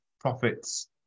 profits